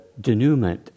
denouement